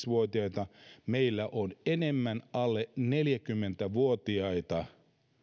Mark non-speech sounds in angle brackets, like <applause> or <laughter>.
<unintelligible> vuotiaita meillä on enemmän alle neljäkymmentä vuotiaita